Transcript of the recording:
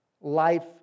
life